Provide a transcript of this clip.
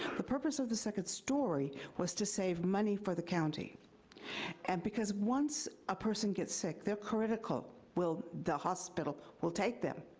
the purpose of the second story was to save money for the county and because once a person gets sick, they're critical, the hospital will take them.